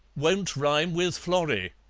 won't rhyme with florrie,